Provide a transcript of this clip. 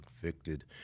convicted